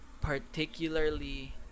particularly